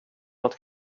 något